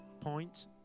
point